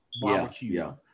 barbecue